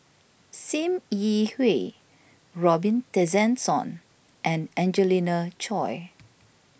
Sim Yi Hui Robin Tessensohn and Angelina Choy